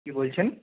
কী বলছেন